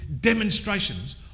demonstrations